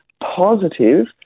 positive